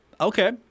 Okay